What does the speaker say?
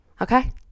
Okay